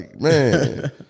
man